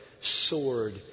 sword